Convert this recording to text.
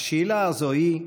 השאלה הזו היא: